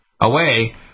away